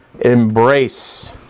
embrace